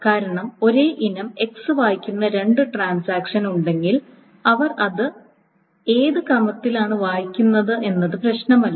കാരണം ഒരേ ഇനം x വായിക്കുന്ന രണ്ട് ട്രാൻസാക്ഷൻ ഉണ്ടെങ്കിൽ അവർ ഏത് ക്രമത്തിലാണ് വായിക്കുന്നത് എന്നത് പ്രശ്നമല്ല